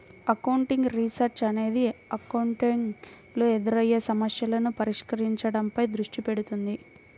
accounting research అనేది accounting లో ఎదురయ్యే సమస్యలను పరిష్కరించడంపై దృష్టి పెడుతుంది